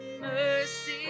mercy